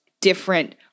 different